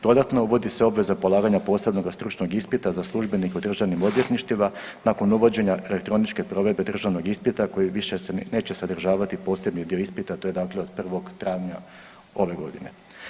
Dodatno, uvodi se obveza polaganja posebnoga stručnog ispita za službenike u državnim odvjetništvima nakon uvođenja elektroničke provedbe državnog ispita koji više neće sadržavati posebni dio ispita, a to je dakle od 1. travnja ove godine.